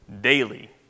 daily